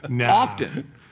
Often